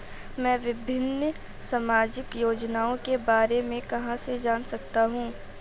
मैं विभिन्न सामाजिक योजनाओं के बारे में कहां से जान सकता हूं?